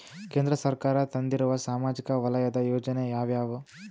ಕೇಂದ್ರ ಸರ್ಕಾರ ತಂದಿರುವ ಸಾಮಾಜಿಕ ವಲಯದ ಯೋಜನೆ ಯಾವ್ಯಾವು?